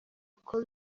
uko